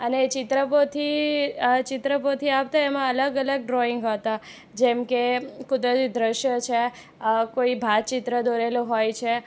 અને એ ચિત્રપોથી ચિત્રપોથી આપતાં એમાં અલગ અલગ ડ્રોઈંગ હતા જેમ કે કુદરતી દૃશ્ય છે કોઈ ભાતચિત્ર દોરેલો હોઈ છે